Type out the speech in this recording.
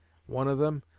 one of them,